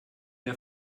der